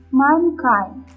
mankind